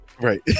Right